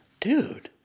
Dude